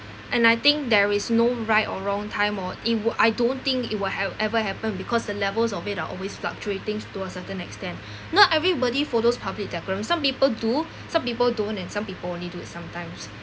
and I think there is no right or wrong time or i~ w~ I don't think it will ha~ ever happened because the levels of it are always fluctuating to a certain extent not everybody follow public decorum some people do some people don't and some people only do it sometimes